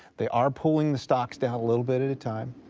they are pulling the stocks down a little bit at a time.